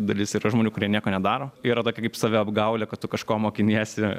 dalis yra žmonių kurie nieko nedaro yra tokia kaip saviapgaulė kad tu kažko mokiniesi